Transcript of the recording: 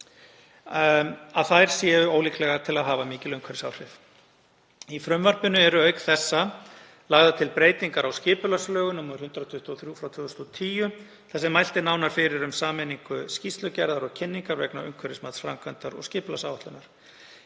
þær séu ólíklegar til að hafa mikil umhverfisáhrif. Í frumvarpinu eru auk þessa lagðar til breytingar á skipulagslögum, nr. 123/2010, þar sem mælt er nánar fyrir um sameiningu skýrslugerðar og kynningar vegna umhverfismats framkvæmdar og skipulagsáætlunar.